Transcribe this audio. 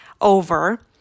over